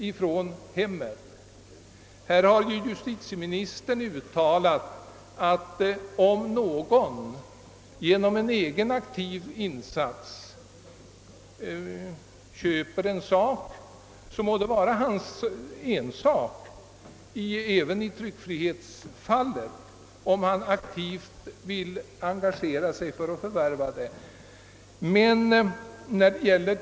Justitieministern har = beträffande tryckfriheten uttalat att det må vara en persons ensak om vederbörande genom en egen insats köper en sak, d. v. s. om vederbörande aktivt vill engagera sig för att förvärva en viss skrift.